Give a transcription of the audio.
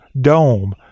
Dome